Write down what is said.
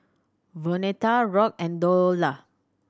Vonetta Rock and Dorla